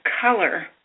color